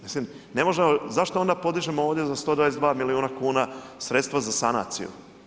Mislim ne možemo, zašto onda podižemo ovdje za 122 milijuna kuna sredstva za sanaciju?